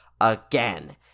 again